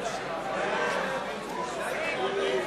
נתקבל.